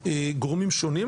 בקשת גורמים שונים,